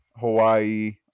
hawaii